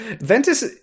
Ventus